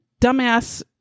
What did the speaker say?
dumbass